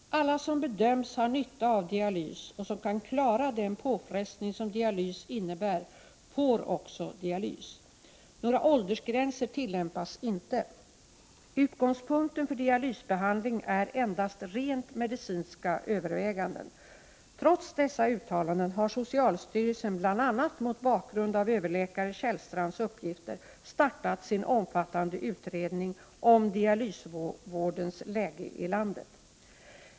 Alla som bedöms ha nytta av dialys och som kan klara den påfrestning som dialys innebär får också dialys. Några åldersgränser tillämpas inte. Utgångspunkten för dialysbehandling är endast rent medicinska överväganden. Trots dessa uttalanden har socialstyrelsen bl.a. mot bakgrund av överläkare Kjellstrands uppgifter startat sin omfattande utredning om dialysvårdens läge i landet.